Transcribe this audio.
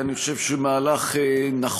אני חושב שהוא מהלך נכון,